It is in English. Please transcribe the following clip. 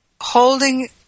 holding